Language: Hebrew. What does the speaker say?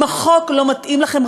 אם החוק לא מתאים לכם,